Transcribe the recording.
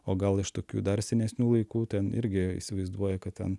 o gal iš tokių dar senesnių laikų ten irgi įsivaizduoja kad ten